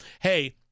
hey